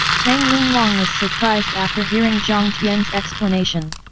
tang linglong was surprised after hearing jiang tian's explanation.